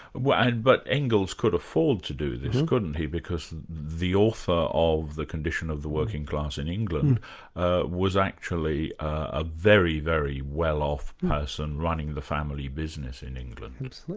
but engels could afford to do this couldn't he, because the author of the condition of the working class in england was actually a very, very well-off person running the family business in england.